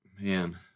man